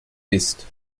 isst